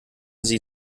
sie